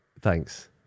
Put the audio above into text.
Thanks